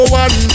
one